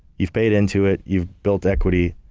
you've paid into it, you've built equity,